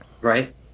right